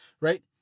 right